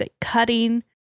cutting